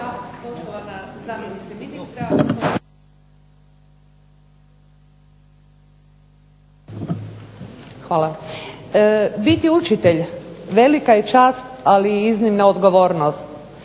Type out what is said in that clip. Hvala. Biti učitelj velika je čast ali i iznimna odgovornost.